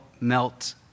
melt